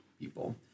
people